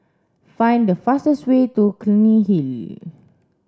find the fastest way to Clunny Hill